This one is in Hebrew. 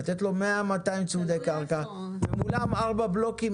לתת לו 200-100 צמודי קרקע מולם ארבעה בלוקים.